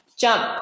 jump